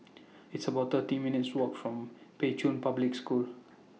It's about thirty minutes' Walk from Pei Chun Public School